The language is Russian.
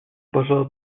пожал